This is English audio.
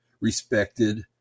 respected